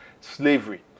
slavery